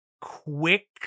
Quick